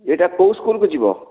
ଏଇଟା କେଉଁ ସ୍କୁଲ୍କୁ ଯିବ